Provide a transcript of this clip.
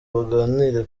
baganire